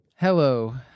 Hello